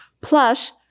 plus